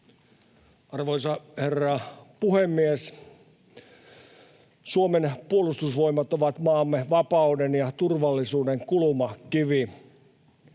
Arvoisa herra puhemies! Suomen puolustusvoimat ovat maamme vapauden ja turvallisuuden kulmakivi.